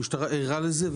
המשטרה ערה לזה.